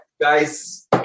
guys